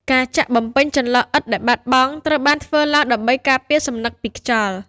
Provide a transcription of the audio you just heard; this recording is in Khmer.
ការចាក់បំពេញចន្លោះឥដ្ឋដែលបាត់បង់ ត្រូវបានធ្វើឡើងដើម្បីការពារសំណឹកពីខ្យល់។